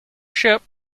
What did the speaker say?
ship